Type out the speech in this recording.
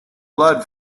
blood